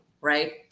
right